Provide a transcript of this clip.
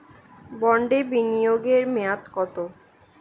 বন্ডে বিনিয়োগ এর মেয়াদ কত?